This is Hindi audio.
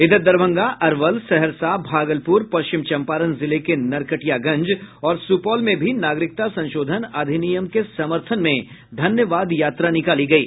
इधर दरभंगा अरवल सहरसा भागलपुर पश्चिम चंपारण जिले के नरकटियागंज और सुपौल में भी नागरिकता संशोधन अधिनियम के समर्थन में धन्यवाद यात्रा निकाली गयी